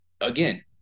again